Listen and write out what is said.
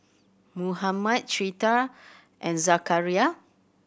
Muhammad Citra and Zakaria